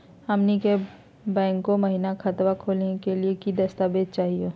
हमनी के बैंको महिना खतवा खोलही के लिए कि कि दस्तावेज चाहीयो?